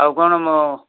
ଆଉ କଣ ମ